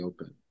open